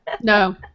No